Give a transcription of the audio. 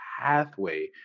pathway